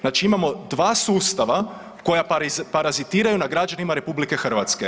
Znači imamo dva sustava koja parazitiraju na građanima RH.